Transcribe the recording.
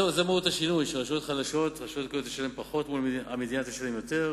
זה מהות השינוי: שרשויות חלשות תשלמנה פחות והמדינה תשלם יותר,